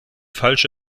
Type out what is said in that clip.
falsche